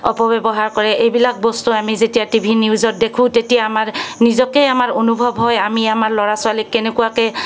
অপব্যৱহাৰ কৰে এইবিলাক বস্তু আমি যেতিয়া টিভিত নিউজত দেখো তেতিয়া আমাৰ নিজকে আমাৰ অনুভৱ হয় আমি আমাৰ ল'ৰা ছোৱালীক কেনেকুৱাকৈ